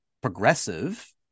progressive